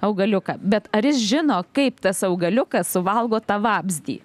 augaliuką bet ar jis žino kaip tas augaliukas suvalgo tą vabzdį